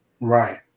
Right